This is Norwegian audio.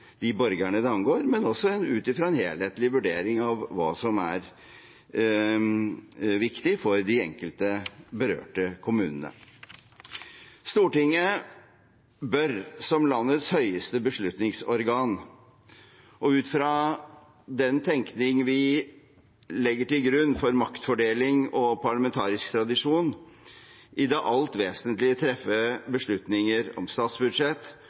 de borgerne det angår, og en helhetlig vurdering av hva som er viktig for de enkelte berørte kommunene. Stortinget bør som landets høyeste beslutningsorgan, og ut fra den tenkning vi legger til grunn for maktfordeling og parlamentarisk tradisjon, i det alt vesentlige treffe beslutninger om statsbudsjett